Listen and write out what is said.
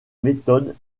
méthodes